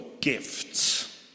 gifts